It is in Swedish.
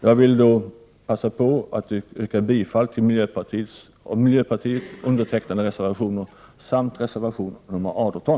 Jag vill passa på att yrka bifall till av miljöpartiet undertecknade reservationer samt reservation 118.